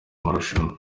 marushanwa